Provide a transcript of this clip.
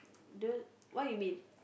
the what you mean